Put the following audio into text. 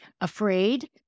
afraid